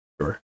sure